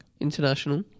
International